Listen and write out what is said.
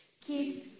Keep